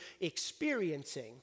experiencing